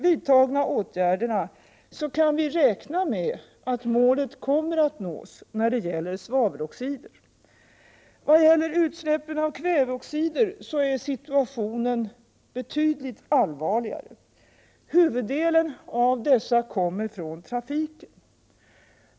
Vi kan räkna med att målet kommer att nås när det gäller svaveloxider genom de hittills vidtagna åtgärderna. När det gäller utsläppen av kväveoxider är situationen betydligt allvarligare. Huvuddelen av dessa kommer från trafiken.